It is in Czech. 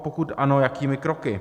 Pokud ano, jakými kroky?